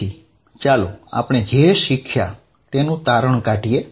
તેથી ચાલો આપણે જે શિખ્યા તેનું તારણ કાઢીએ